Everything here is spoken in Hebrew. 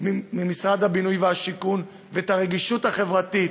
של משרד הבינוי והשיכון ואת הרגישות החברתית,